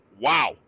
wow